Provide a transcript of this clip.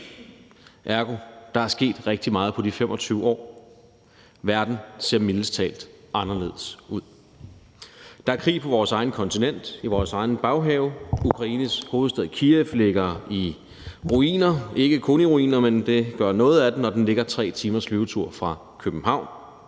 Ergo er der sket rigtig meget på de 25 år. Verden ser mildest talt anderledes ud. Der er krig på vores eget kontinent, i vores egen baghave. Ukraines hovedstad, Kyiv, ligger i ruiner, det vil sige ikke hele byen, men noget af den, og den ligger 3 timers flyvetur fra København.